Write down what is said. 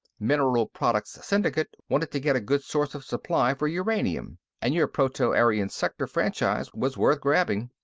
mineral products syndicate wanted to get a good source of supply for uranium, and your proto-aryan sector franchise was worth grabbing.